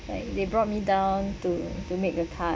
like they brought me down to to make the card